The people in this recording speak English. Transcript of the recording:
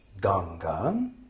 Ganga